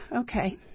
okay